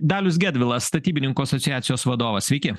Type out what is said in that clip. dalius gedvilas statybininkų asociacijos vadovas sveiki